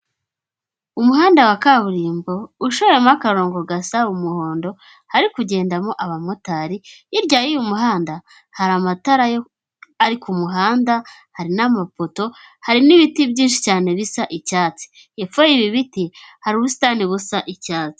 Umuhanda wa kaburimbo ushoyemo akarongo gasa umuhondo, hari kugendamo abamotari hirya y'uyu muhanda hari amatara ari ku muhanda hari n'amapoto hari n'ibiti byinshi cyane bisa icyatsi. Hepfo y'ibi ibiti hari ubusitani busa icyatsi.